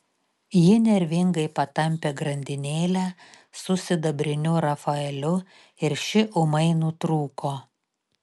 ji nervingai patampė grandinėlę su sidabriniu rafaeliu ir ši ūmai nutrūko